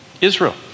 Israel